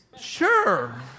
Sure